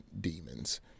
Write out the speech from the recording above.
demons